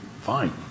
fine